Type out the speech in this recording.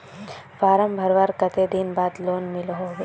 Form भरवार कते दिन बाद लोन मिलोहो होबे?